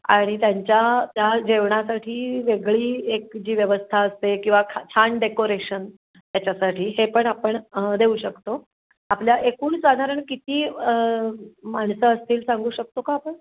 आणि त्यांच्या त्या जेवणासाठी वेगळी एक जी व्यवस्था असते किंवा खा छान डेकोरेशन त्याच्यासाठी हे पण आपण देऊ शकतो आपल्या एकूण साधारण किती माणसं असतील सांगू शकतो का आपण